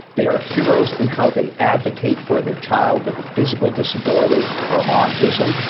they are heroes in how they advocate for their child with a physical disability or autism.